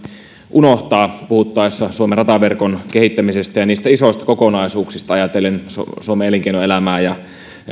unohtaa puhuttaessa suomen rataverkon kehittämisestä ja niistä isoista kokonaisuuksista ajatellen suomen elinkeinoelämää ja